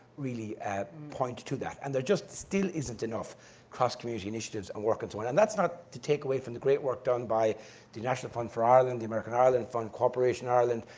really point to that. and there just still isn't enough cross-community initiatives and working to one. and that's not to take away from the great work done by the national fund for ireland, the american ireland fund, corporation ireland,